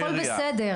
הכל בסדר.